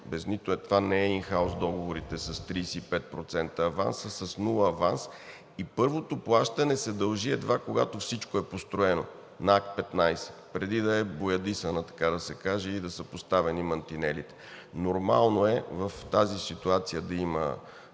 аванс – това не е ин хаус договорите с 35% аванс, а с нула аванс и първото плащане се дължи едва когато всичко е построено – на Акт 15, преди да е боядисана, така да се каже, и да са поставени мантинелите. Нормално е в тази ситуация да има